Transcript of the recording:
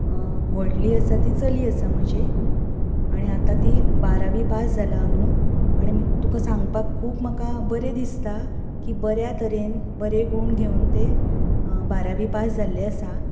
व्हडली आसा ती चली आसा म्हजी आनी आतां ती बारावी पास जाला अंदू आनी तुका सांगपाक खूब म्हाका बरें दिसता की बऱ्या तरेन बरे गूण घेवन तें बारावी पास जाल्लें आसा